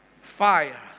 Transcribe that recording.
fire